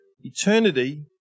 eternity